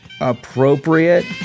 appropriate